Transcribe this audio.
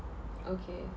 okay